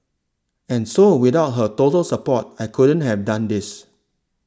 and so without her total support I couldn't have done this